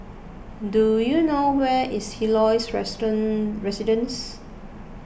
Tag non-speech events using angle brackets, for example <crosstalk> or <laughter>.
do you know where is Helios <unintelligible> Residences